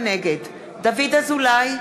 נגד דוד אזולאי,